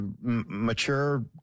mature